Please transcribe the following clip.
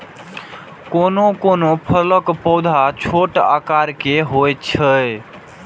कोनो कोनो फलक पौधा छोट आकार के होइ छै